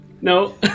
No